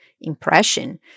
impression